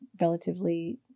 relatively